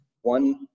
one